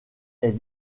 est